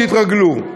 ותתרגלו.